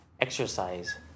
exercise